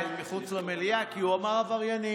אל מחוץ למליאה כי הוא אמר "עבריינים".